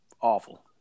awful